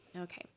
Okay